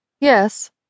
Yes